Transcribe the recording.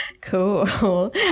Cool